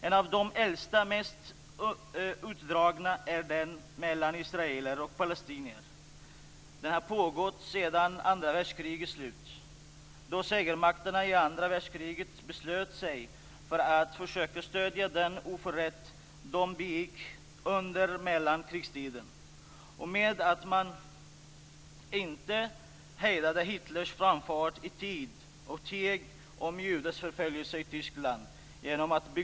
En av de äldsta och mest utdragna är konflikten mellan israeler och palestinier. Den har pågått sedan andra världskrigets slut, då segermakterna i andra världskriget beslutade sig för att försöka dölja den oförrätt som de begick under mellankrigstiden i och med att de inte hejdade Hitlers framfart i tid och teg om judeförföljelserna i Tyskland.